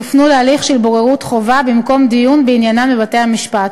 יופנו להליך של בוררות חובה במקום דיון בעניינן בבתי-משפט.